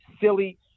silly